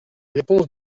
réponses